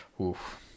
Oof